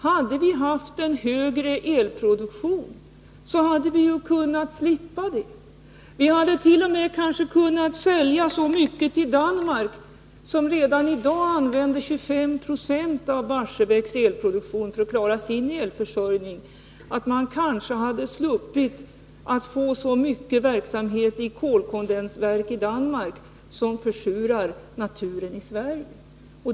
Hade vi haft en högre elproduktion, så hade vi kunnat slippa det här. Vi hade t.o.m. kanske kunnat sälja så mycket till Danmark, som redan i dag använder 25 96 av Barsebäcks elproduktion för att klara sin elförsörjning, att man hade sluppit att ha en så omfattande verksamhet i kolkondensverk i Danmark, som försurar naturen i Sverige.